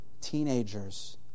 Teenagers